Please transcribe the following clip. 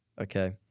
Okay